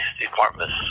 Department's